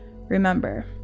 Remember